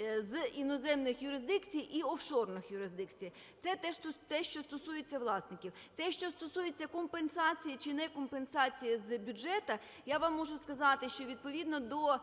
з іноземних юрисдикцій і офшорних юрисдикцій. Це те, що стосується власників. Те, що стосується компенсації чи некомпенсації з бюджету, я вам можу сказати, що відповідно до